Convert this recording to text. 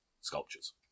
sculptures